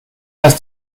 ist